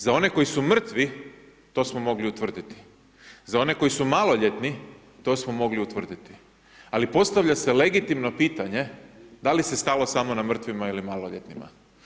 Za one koji su mrtvi, to smo mogli utvrditi, za one koji su maloljetni, to smo mogli utvrditi, ali postavlja se legitimno pitanje, da li se stalo samo na mrtvima ili maloljetnima?